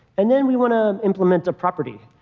and then we want to implement a property.